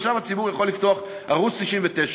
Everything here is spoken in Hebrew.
עכשיו הציבור יכול לפתוח ערוץ 99,